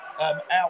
Out